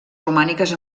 romàniques